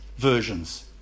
versions